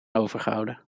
overgehouden